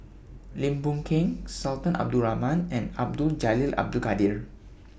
Lim Boon Keng Sultan Abdul Rahman and Abdul Jalil Abdul Kadir